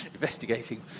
investigating